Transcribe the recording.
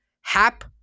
Hap